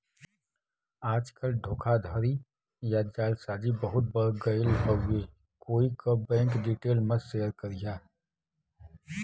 आजकल धोखाधड़ी या जालसाजी बहुते बढ़ गयल हउवे कोई क बैंक डिटेल मत शेयर करिहा